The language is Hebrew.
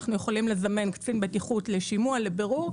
אנחנו יכולים להזמין קצין בטיחות לשימוע ולבירור.